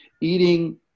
Eating